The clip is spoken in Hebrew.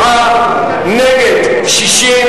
חבר הכנסת פלסנר, שב במקומך.